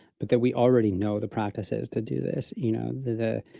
but that we already know, the practices to do this, you know, the,